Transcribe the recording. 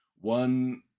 One